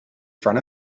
front